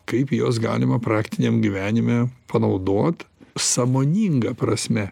kaip juos galima praktiniam gyvenime panaudot sąmoninga prasme